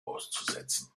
auszusetzen